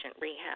rehab